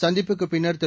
சந்திப்புக்கு பின்னர் திரு